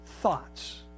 thoughts